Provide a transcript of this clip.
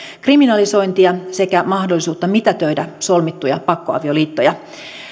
kriminalisointia sekä mahdollisuutta mitätöidä solmittuja pakkoavioliittoja